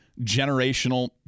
generational